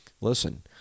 listen